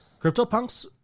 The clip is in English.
CryptoPunks